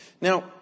Now